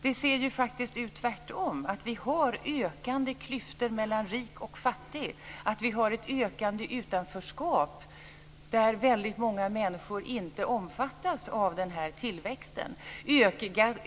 Det ser ju faktiskt ut precis tvärtom, att vi har ökande klyftor mellan rik och fattig, att vi har ett ökande utanförskap där väldigt många människor inte omfattas av denna tillväxt.